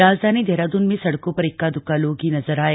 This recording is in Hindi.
राजधानी देहरादून में सड़कों पर इक्का द्क्का लोग ही नजर आये